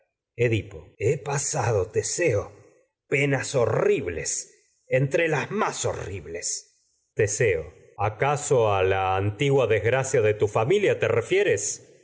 edipo he pasando teseo penas horribles entre las más horribles teseo acaso a la antigua desgracia de tu fami lia te refieres